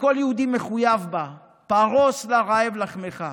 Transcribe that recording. שכל יהודי מחויב בה: פרוס לרעב לחמך.